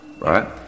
right